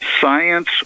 science